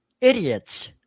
idiots